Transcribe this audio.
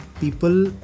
People